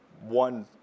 one